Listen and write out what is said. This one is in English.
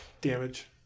damage